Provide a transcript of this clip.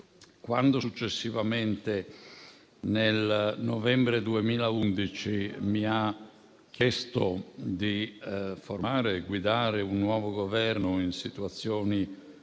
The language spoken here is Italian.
quando successivamente, nel novembre 2011, mi ha chiesto di formare e guidare un nuovo Governo in situazioni